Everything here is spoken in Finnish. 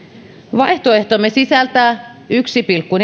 vaihtoehtomme sisältää yhden pilkku